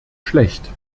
schlecht